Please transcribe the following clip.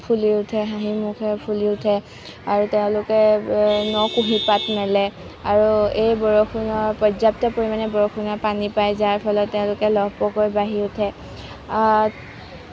ফুলি উঠে হাঁহি মুখে ফুলি উঠে আৰু তেওঁলোকে ন কুঁহিপাত মেলে আৰু এই বৰষুণৰ পৰ্যাপ্ত পৰিমাণে বৰষুণে পানী পায় যাৰ ফলত তেওঁলোকে লহ্ পহ্কৈ বাঢ়ি উঠে